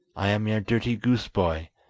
i am your dirty goose-boy,